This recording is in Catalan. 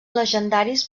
llegendaris